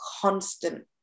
constant